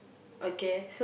okay